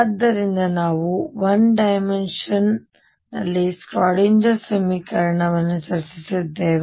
ಆದ್ದರಿಂದ ನಾವು 1D ನಲ್ಲಿ ಒಂದು ಶ್ರೋಡಿಂಗರ್ ಸಮೀಕರಣವನ್ನು ಚರ್ಚಿಸಿದ್ದೇವೆ